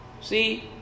See